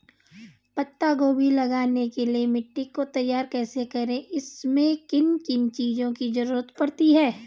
पत्ता गोभी लगाने के लिए मिट्टी को तैयार कैसे करें इसमें किन किन चीज़ों की जरूरत पड़ती है?